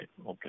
okay